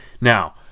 Now